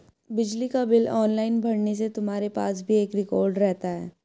बिजली का bill online भरने से तुम्हारे पास भी एक रिकॉर्ड रहता है